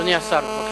אדוני השר, בבקשה.